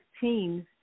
teams